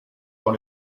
dans